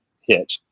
hit